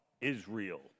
Israel